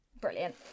Brilliant